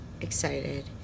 excited